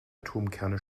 atomkerne